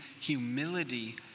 humility